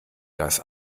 das